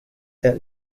that